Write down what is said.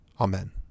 Amen